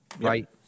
right